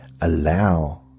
allow